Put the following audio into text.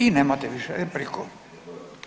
I nemate više repliku.